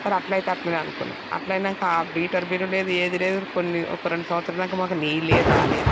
సరే అట్లయితే అట్లనే అనుకున్నాం అట్లయినంక మీటరు బిల్లు లేదు ఏది లేదు కొన్ని ఒక రెండు సంవత్సరాలు వరకు మాకు నీళ్ళే రాలేదు